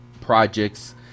projects